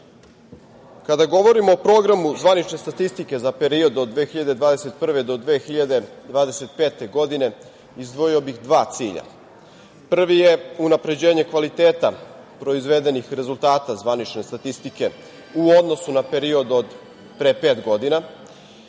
kada govorimo o Programu zvanične statistike za period od 2021. do 2025. godine, izdvojio bih dva cilja. Prvi je unapređenje kvaliteta proizvedenih rezultata zvanične statistike u odnosu na period od pre pet godina,